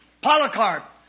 Polycarp